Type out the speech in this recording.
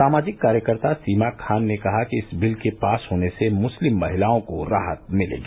सामाजिक कार्यकर्ता सीमा खान ने कहा कि इस बिल के पास होने से मुस्लिम महिलाओं को राहत मिलेगी